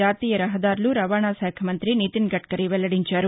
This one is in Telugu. జాతీయ రహదారులు రవాణశాఖ మంతి నితిన్ గద్కరీ వెల్లడించారు